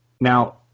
Now